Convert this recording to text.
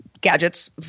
gadgets